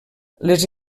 les